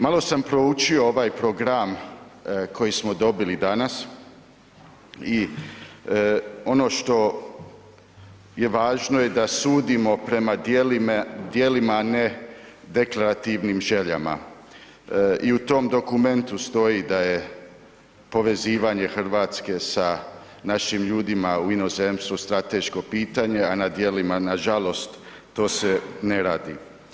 Malo sam proučio ovaj program koji smo dobili danas i ono što je važno je da sudimo prema djelima a ne deklarativnim željama i u tom dokumentu stoji da je povezivanje Hrvatske sa našim ljudima u inozemstvu strateško pitanje a na djelima nažalost to se ne radi.